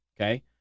okay